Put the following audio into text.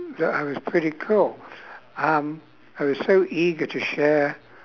that I was pretty cool um I was so eager to share